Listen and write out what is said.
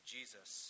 Jesus